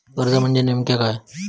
कर्ज म्हणजे नेमक्या काय?